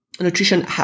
Nutrition